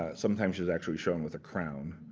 sometimes she is actually shown with a crown.